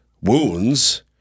wounds